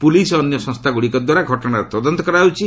police ଓ ଅନ୍ୟ ସଂସ୍ଥାଗୁଡ଼ିକଦ୍ୱାରା ଘଟଣାର ତଦନ୍ତ କରାଯାଉଛି